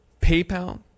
PayPal